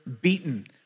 beaten